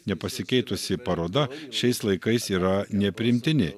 nepasikeitusi paroda šiais laikais yra nepriimtini